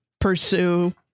pursue